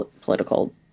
political